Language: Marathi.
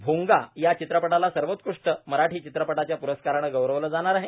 भोंगा या चित्रपटाला सर्वोत्कृष्ट मराठी चित्रपटाच्या प्रस्कारानं गौरवलं जाणार आहे